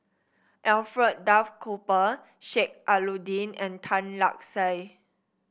Alfred Duff Cooper Sheik Alau'ddin and Tan Lark Sye